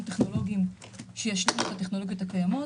טכנולוגיים שישלימו את הטכנולוגיות הקיימות